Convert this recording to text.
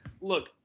look